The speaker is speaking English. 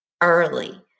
early